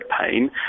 pain